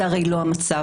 זה הרי לא המצב.